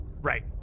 right